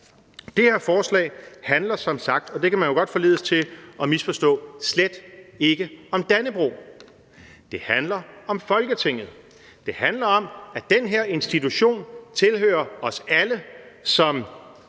Det her forslag handler som sagt – og det kan man jo godt forledes til at misforstå – slet ikke om Dannebrog. Det handler om Folketinget. Det handler om, at den her institution tilhører os alle som